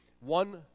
One